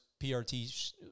PRT